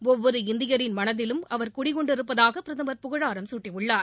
ஒவ்வொரு இந்தியரின் மனதிலும் அவர் குடிகொண்டிருப்பதாக பிரதமர் புகழாரம் சூட்டியுள்ளார்